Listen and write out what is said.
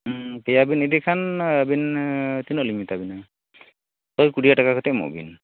ᱯᱮᱭᱟ ᱵᱤᱱ ᱤᱫᱤ ᱠᱷᱟᱱ ᱟᱵᱤᱱ ᱛᱤᱱᱟᱹᱜ ᱞᱤᱧ ᱢᱮᱛᱟᱵᱮᱱᱟ ᱥᱚᱭᱠᱩᱲᱟᱹ ᱴᱟᱠᱟ ᱠᱟᱛᱮᱫ ᱮᱢᱚᱜ ᱵᱤᱱ